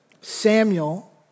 Samuel